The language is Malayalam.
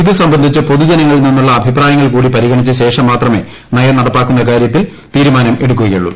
ഇത് ്സംബന്ധിച്ച് പൊതുജനങ്ങളിൽ നിന്നുളള അഭിപ്രായ്ങ്ങൾ കൂടി പരിഗണിച്ചശേഷം മാത്രമേ നയം നടപ്പാക്കുന്ന കാര്യത്തിൽ തീരുമാനം എടുക്കുകയുള്ളൂ